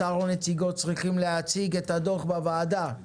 השר או נציגו צריכים להציג את הדוח בוועדה.